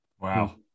Wow